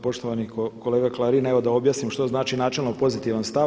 Poštovani kolega Klarin, evo da objasnim što znači načelno pozitivan stav.